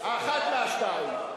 אחד מהשניים,